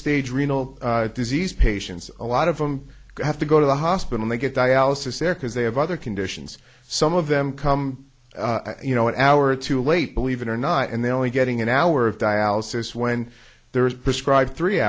stage renal disease patients a lot of them have to go to the hospital they get dialysis there because they have other conditions some of them come you know an hour too late believe it or not and they're only getting an hour of dialysis when there is prescribed three